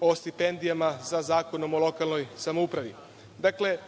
o stipendijama, sa Zakonom o lokalnoj samoupravi. Dakle,